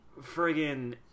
friggin